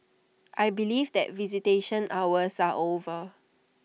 I believe that visitation hours are over